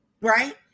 right